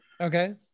okay